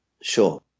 Sure